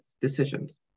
decisions